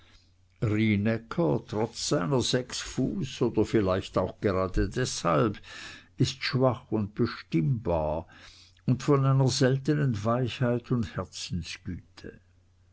trotz seiner sechs fuß oder vielleicht auch gerade deshalb ist schwach und bestimmbar und von einer seltenen weichheit und herzensgüte